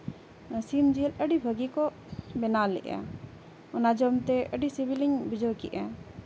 ᱥᱤᱢ ᱡᱤᱞ ᱟᱹᱰᱤ ᱵᱷᱟᱹᱜᱤ ᱠᱚ ᱵᱮᱱᱟᱣ ᱞᱮᱫᱼᱟ ᱚᱱᱟ ᱡᱚᱢ ᱛᱮ ᱟᱹᱰᱤ ᱥᱤᱵᱤᱞ ᱤᱧ ᱵᱩᱡᱷᱟᱹᱣ ᱠᱮᱫᱼᱟ